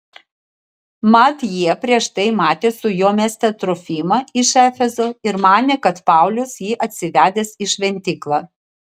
mat jie prieš tai matė su juo mieste trofimą iš efezo ir manė kad paulius jį atsivedęs į šventyklą